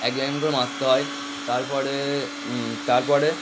একজন একজন করে মারতে হয় তারপরে তারপরে